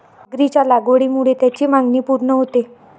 मगरीच्या लागवडीमुळे त्याची मागणी पूर्ण होते